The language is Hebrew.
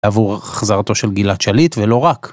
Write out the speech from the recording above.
עבור החזרתו של גלעד שליט ולא רק.